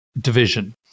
Division